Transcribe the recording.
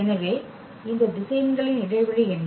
எனவே இந்த திசையன்களின் இடைவெளி என்ன